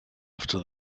after